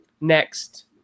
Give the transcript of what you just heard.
next